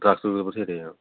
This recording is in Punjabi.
ਬਥੇਰੇ ਹੈ